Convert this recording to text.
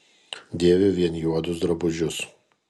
dėviu vien juodus drabužius